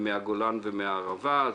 מהגולן ומהערבה.